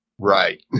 Right